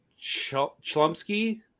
Chlumsky